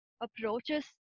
approaches